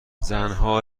زنها